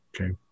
Okay